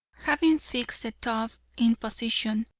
having fixed the tub in position,